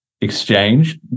exchange